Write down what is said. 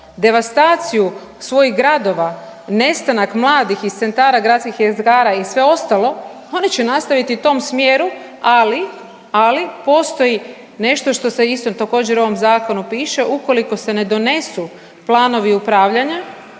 devastaciju svojih gradova, nestanak mladih iz centara gradskih jezgara i sve ostalo oni će nastaviti u tom smjeru ali, ali postoji nešto što se isto također u ovom zakonu piše ukoliko se ne donesu planovi upravljanja,